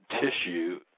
tissue